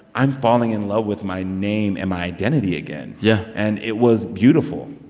i'm falling in love with my name and my identity again yeah and it was beautiful.